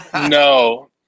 No